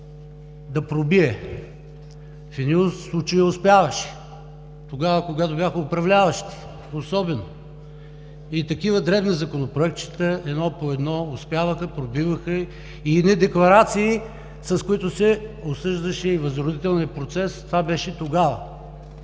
да пробие. В един случай успяваше – особено тогава, когато бяха управляващи, и такива дребни законопроектчета едно по едно успяваха, пробиваха, и едни декларации, с които се осъждаше възродителният процес. Това беше тогава.